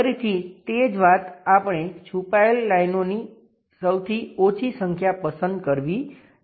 ફરીથી તે જ વાત આપણે છુપાયેલી લાઇનોની સૌથી ઓછી સંખ્યા પસંદ કરવી જોઈએ